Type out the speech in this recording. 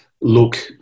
look